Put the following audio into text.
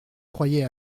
croyais